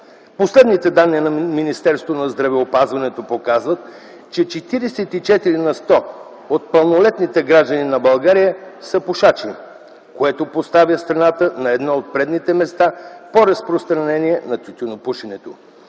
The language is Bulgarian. Последните данни на Министерството на здравеопазването показват, че 44 на сто от пълнолетните граждани на България са пушачи, което поставя страната на едно от предните места по разпространение на тютюнопушенето.